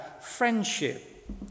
friendship